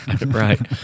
right